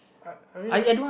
I I mean like